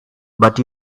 but